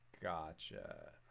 Gotcha